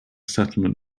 settlement